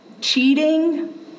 cheating